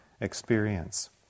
experience